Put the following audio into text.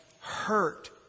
hurt